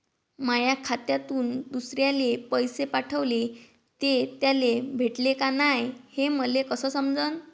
माया खात्यातून दुसऱ्याले पैसे पाठवले, ते त्याले भेटले का नाय हे मले कस समजन?